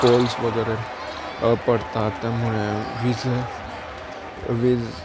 poles वगैरे पडतात त्यामुळे वीज वीज